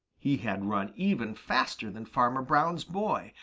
he had run even faster than farmer brown's boy,